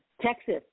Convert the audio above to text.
Texas